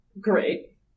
Great